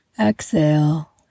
Exhale